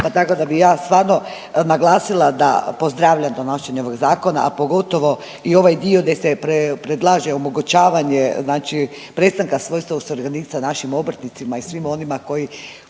pa tako da bi ja stvarno naglasila da pozdravljam donošenje ovog zakona, a pogotovo i ovaj dio gdje se predlaže omogućavanje znači prestanka svojstva …/Govornik se ne razumije/…našim obrtnicima i svima onima koji